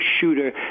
shooter